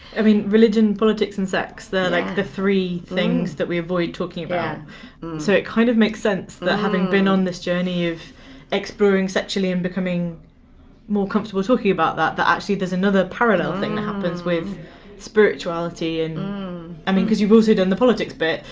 i mean religion politics and sex they're like, the three things that we avoid talking about and so it kind of makes sense there having been on this journey of exploring sexually and becoming more comfortable talking about that that actually there's another parallel thing that happens with spirituality and i mean because you've also done the politics bit,